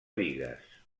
bigues